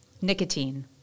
Nicotine